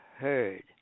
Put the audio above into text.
heard